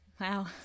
Wow